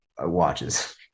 watches